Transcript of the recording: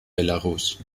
belarus